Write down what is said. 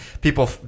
people